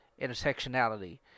intersectionality